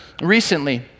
recently